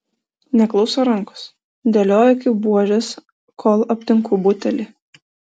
neklauso rankos dėlioju kaip buožes kol aptinku butelį